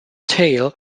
tail